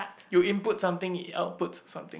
you input something it outputs something